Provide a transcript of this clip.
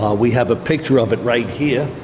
ah we have a picture of it right here.